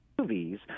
movies